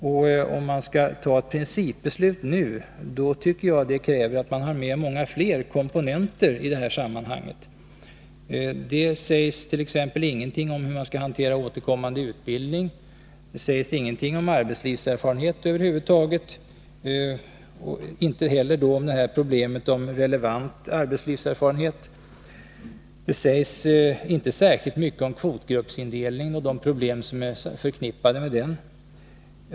Men för att nu fatta ett principbeslut krävs enligt min mening att man har med många fler komponenter i sammanhanget. Det sägs t.ex. ingenting om hur man skall hantera återkommande utbildning, det sägs över huvud taget ingenting om arbetslivserfarenhet och inte heller något om problemet med relevant arbetslivserfarenhet. Det sägs inte särskilt mycket om kvotgruppsindelningen och de problem som är förknippade med den.